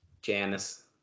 Janice